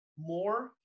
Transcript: more